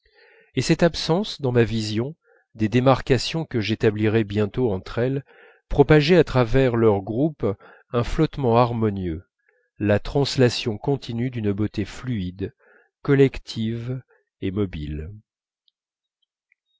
et cette absence dans ma vision des démarcations que j'établirais bientôt entre elles propageait à travers leur groupe un flottement harmonieux la translation continue d'une beauté fluide collective et mobile